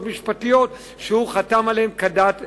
משפטיות שהיא חתמה עליהן כדת וכדין.